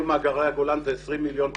כל מאגרי הגולן הם 20 מיליון קוב.